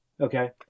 Okay